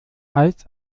als